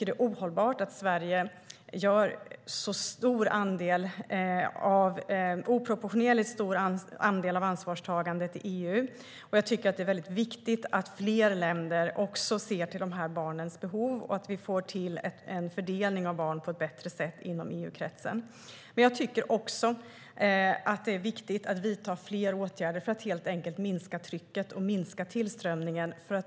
Det är ohållbart att Sverige tar på sig en så oproportionerligt stor andel av ansvarstagandet i EU. Det är viktigt att fler länder också ser till dessa barns behov och att vi får till en fördelning av barnen på ett bättre sätt inom EU-kretsen. Det är också viktigt att vidta fler åtgärder för att helt enkelt minska trycket och tillströmningen.